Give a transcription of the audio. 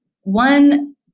One